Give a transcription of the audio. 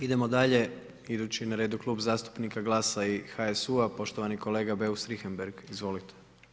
Idemo dalje, idući na redu Klub zastupnika GLAS-a i HSU-a, poštovani kolega Beus Richembergh, izvolite.